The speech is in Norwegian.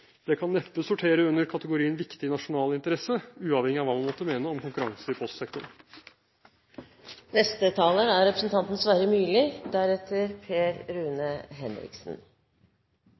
Det kan neppe sortere under kategorien «viktig nasjonal interesse», uavhengig av hva man måtte mene om konkurranse i postsektoren. Den18. desember kan vi feire at det er